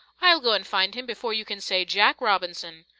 i'll go and find him before you can say jack robinson!